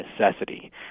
necessity